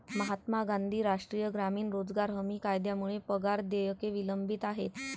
महात्मा गांधी राष्ट्रीय ग्रामीण रोजगार हमी कायद्यामुळे पगार देयके विलंबित आहेत